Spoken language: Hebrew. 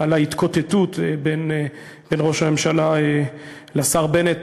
על ההתקוטטות בין ראש הממשלה לשר בנט.